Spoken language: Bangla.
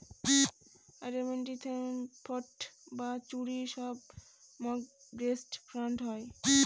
আইডেন্টিটি থেফট বা চুরির সব মর্টগেজ ফ্রড হয়